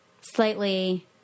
slightly